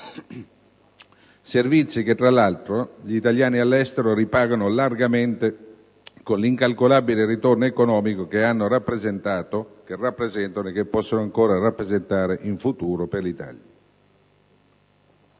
servizi che, tra l'altro, gli italiani all'estero ripagano largamente con l'incalcolabile ritorno economico che hanno rappresentato, che rappresentano e che possono ancora rappresentare in futuro per l'Italia.